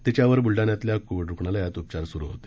तिच्यावर ब्ल ाण्यातल्या कोवि रुग्णालयात उपचार स्रु होते